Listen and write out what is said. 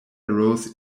arose